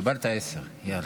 קיבלת עשר, יאללה.